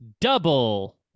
double